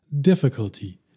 difficulty